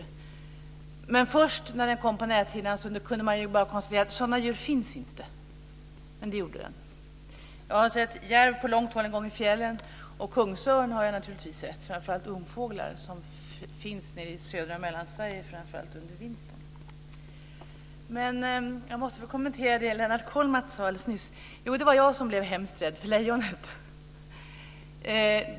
När den först kom på näthinnan kunde jag bara konstatera: Sådana djur finns inte, men det gjorde den. Jag har sett järv på långt håll i fjällen, och kungsörn har jag naturligtvis sett. Det gäller främst ungfåglar som finns nere i södra Mellansverige framför allt under vintern. Jag måste få kommentera det Lennart Kollmats sade alldeles. Det var jag som blev hemskt rädd för lejonet.